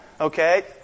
okay